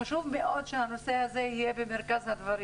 חשוב מאוד שהנושא הזה יהיה במרכז הדברים.